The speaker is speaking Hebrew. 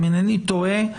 אם אינני טועה,